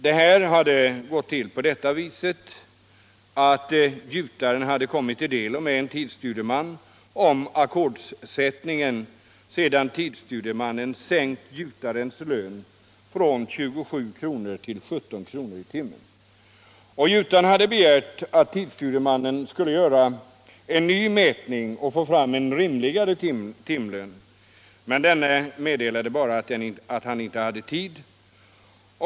Det hade gått till så att gjutaren hade kommit i delo med tidsstudiemannen om ackordsättningen sedan tidsstudiemannen sänkt gjutarens lön från 27 till 17 kr. i timmen. Gjutaren hade begärt att tidsstudiemannen skulle göra en ny mätning för att få fram en rimligare timlön. men denne meddelade bara att han inte hade tid.